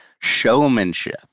showmanship